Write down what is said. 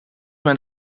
met